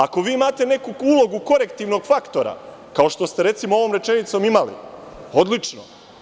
Ako vi imate neku ulogu korektivnog faktora, kao što ste, recimo, ovom rečenicom imali – odlično.